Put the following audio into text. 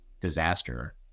disaster